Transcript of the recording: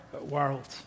world